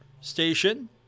station